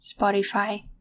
Spotify